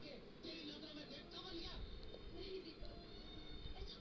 loan या finance वाला सामान क पइसा जमा करे क सुविधा के अनुसार ई.एम.आई तय करल जाला